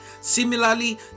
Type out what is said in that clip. Similarly